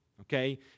Okay